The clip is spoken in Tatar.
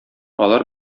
алар